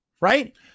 right